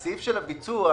סעיף הביצוע